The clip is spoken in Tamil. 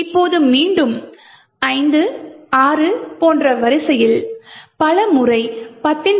இப்போது இது மீண்டும் 5 6 போன்ற ஒரு வரிசையில் பல முறை 10